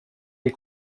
des